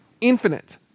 Infinite